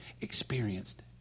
experienced